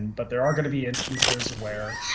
but there are gonna be instances where